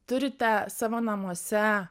turite savo namuose